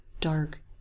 dark